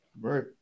right